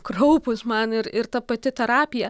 kraupūs man ir ir ta pati terapija